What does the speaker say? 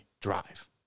drive